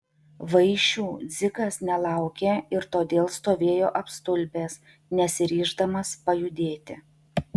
vaišių dzikas nelaukė ir todėl stovėjo apstulbęs nesiryždamas pajudėti